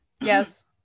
Yes